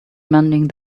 mending